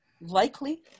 likely